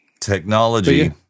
Technology